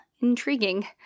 intriguing